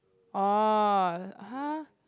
oh !huh!